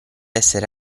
essere